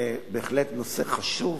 זה בהחלט נושא חשוב,